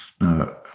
Now